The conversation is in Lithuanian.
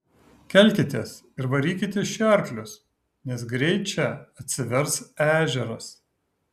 kelkitės ir varykite iš čia arklius nes greit čia atsivers ežeras